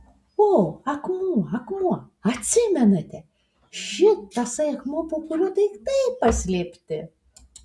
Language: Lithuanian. o akmuo akmuo atsimenate šit tasai akmuo po kuriuo daiktai paslėpti